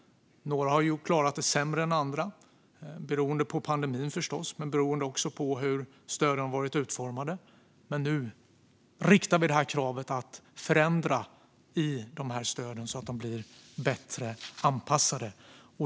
Några har klarat det sämre än andra beroende på pandemin men också beroende på hur stöden har varit utformade. Men nu riktar vi krav på att förändra i stöden så att de blir bättre anpassade.